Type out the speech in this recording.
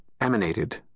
emanated